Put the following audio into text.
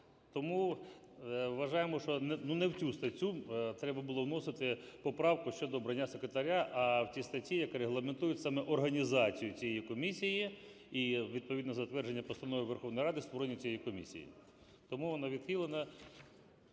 Тому вважаємо, що не в цю статтю треба було вносити поправку щодо обрання секретаря. А в ті статті, які регламентують саме організацію цієї комісії і відповідно затвердженням постанови Верховної Ради створення цієї комісії. Тому вона відхилена,